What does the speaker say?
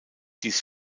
dies